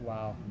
Wow